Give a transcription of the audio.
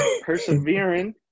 persevering